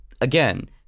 Again